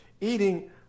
Eating